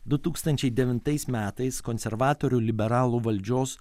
du tūkstančiai devintais metais konservatorių liberalų valdžios